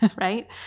right